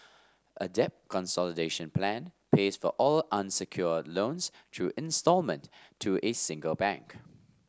a debt consolidation plan pays for all unsecured loans through instalment to a single bank